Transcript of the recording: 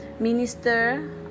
minister